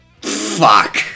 Fuck